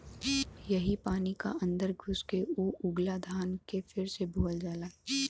यही पानी क अन्दर घुस के ऊ उगला धान के फिर से बोअल जाला